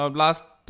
last